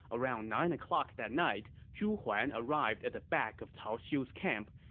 around nine o'clock that night, zhu huan arrived at the back of cao xiu's camp,